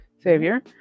savior